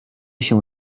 się